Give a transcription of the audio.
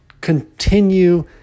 continue